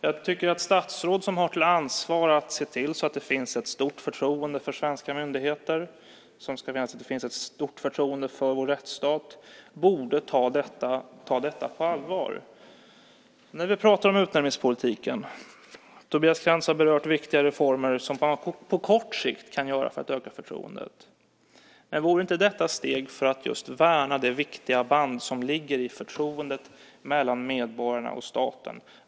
Jag tycker att statsråd som har till ansvar att se till att det finns ett stort förtroende för svenska myndigheter och som ska se till att det finns ett stort förtroende för vår rättsstat borde ta detta på allvar. När vi nu pratar om utnämningspolitiken har Tobias Krantz berört viktiga reformer som man på kort sikt kan göra för att öka förtroendet. Men vore inte detta ett steg för att just värna det viktiga band som ligger i förtroendet mellan medborgarna och staten?